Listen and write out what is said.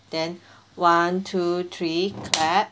then one two three clap